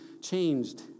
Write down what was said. changed